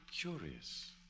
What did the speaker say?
curious